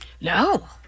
No